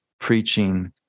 preaching